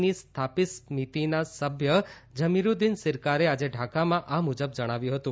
ની સ્થાપી સમિતીના સભ્ય ઝમીરૂદ્દીન સીરકારે આજે ઢાકામાં આ મૂજબ જણાવ્યું હતું